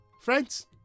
friends